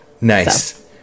Nice